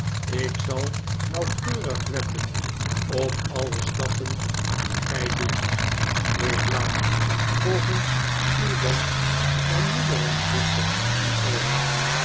ik zal nauwkeurig letten op alle stappen die gij doet ik laat volgens uw wensch mijn moeder en zuster aan u over